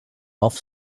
off